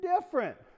different